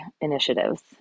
initiatives